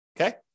okay